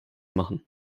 machen